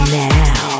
now